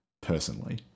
personally